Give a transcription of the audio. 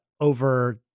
over